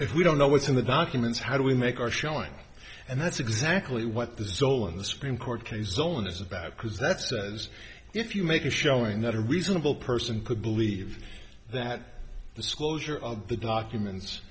if we don't know what's in the documents how do we make our showing and that's exactly what the soul of the supreme court case zone is about because that's is if you make a showing that a reasonable person could believe that the schools are of the documents